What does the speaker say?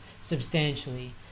substantially